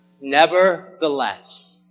Nevertheless